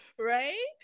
right